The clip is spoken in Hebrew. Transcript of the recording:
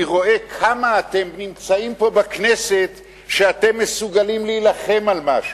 אני רואה כמה אתם נמצאים פה בכנסת שאתם מסוגלים להילחם על משהו.